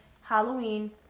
Halloween